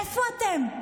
איפה אתם?